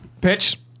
Pitch